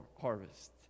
harvest